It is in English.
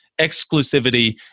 exclusivity